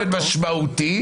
באופן משמעותי,